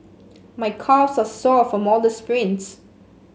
my calves are sore from all the sprints